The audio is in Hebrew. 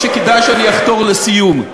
או שכדאי שאני אחתור לסיום?